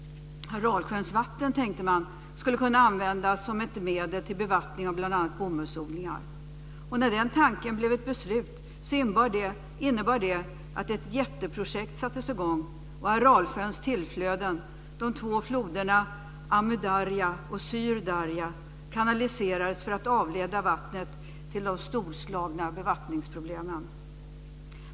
Aralsjöns vatten, tänkte man, skulle kunna användas för bevattning av bl.a. bomullsodlingar. När den tanken blev ett beslut, innebar det att ett jätteprojekt sattes i gång och Aralsjöns tillflöden, de två floderna Amu-Darja och Syr Darja, kanaliserades för att avleda vattnet till de storslagna bevattningsprojekten.